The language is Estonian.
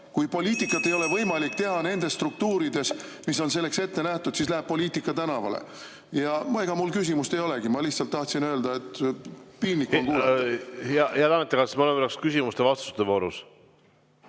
Kui poliitikat ei ole võimalik teha nendes struktuurides, mis on selleks ette nähtud, siis läheb poliitika tänavale. Ega mul küsimust ei olegi, ma lihtsalt tahtsin öelda, et piinlik on ... Jah. Head ametikaaslased, me oleme praegu küsimuste-vastuse voorus.